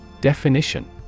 Definition